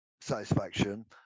satisfaction